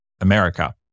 America